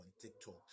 TikTok